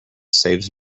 saves